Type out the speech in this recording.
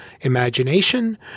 imagination